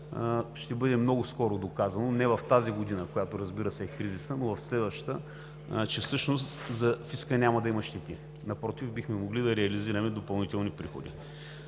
ще бъде много скоро доказано, не в тази година, която, разбира се, е кризисна, но в следващата, че всъщност за фиска няма да има щети. Напротив, бихме могли да реализираме допълнителни приходи.